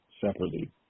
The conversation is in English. separately